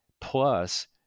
Plus